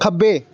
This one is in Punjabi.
ਖੱਬੇ